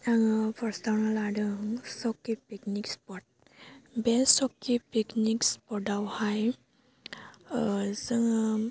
आङो पार्स्टआवनो लादों सकि पिकनिक स्पट बे सकि पिकनिक स्पट आवहाय जोङो